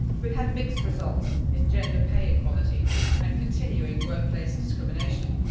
we've had mixed results in gender pay equality and continuing workplace discrimination.